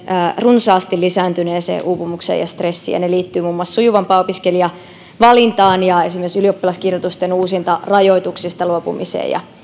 runsaasti lisääntyneeseen uupumukseen ja stressiin ja ne liittyvät muun muassa sujuvampaan opiskelijavalintaan ja esimerkiksi ylioppilaskirjoitusten uusintarajoituksista luopumiseen ja